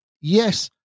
yes